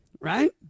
Right